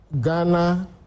Ghana